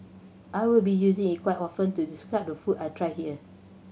I will be using it quite often to describe the food I try here